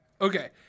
Okay